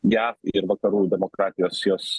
jav ir vakarų demokratijos jos